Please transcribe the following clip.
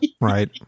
Right